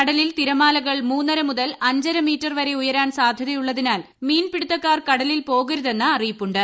കടലിൽ തിരമാലകൾ മൂന്നര മുതൽ അഞ്ചര മീറ്റർ വരെ ഉയരാൻ സാധ്യതയുള്ളതിനാൽ മീൻപിടുത്തക്കാർ കടലിൽ പോകരുതെന്ന് അറിയിപ്പുണ്ട്